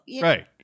Right